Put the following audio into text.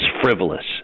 frivolous